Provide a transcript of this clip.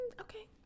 Okay